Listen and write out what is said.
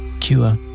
cure